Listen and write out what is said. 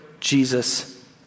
Jesus